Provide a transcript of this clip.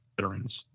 veterans